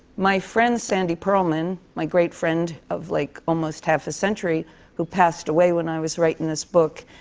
my friend, sandy pearlman, my great friend of like almost half a century who passed away when i was writing this book,